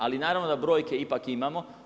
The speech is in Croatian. Ali, naravno, da brojke ipak imamo.